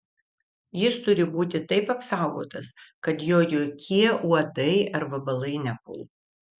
jis turi būti taip apsaugotas kad jo jokie uodai ar vabalai nepultų